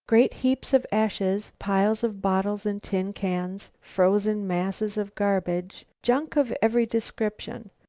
great heaps of ashes, piles of bottles and tin cans, frozen masses of garbage junk of every description,